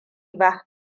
ba